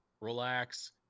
relax